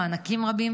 מענקים רבים,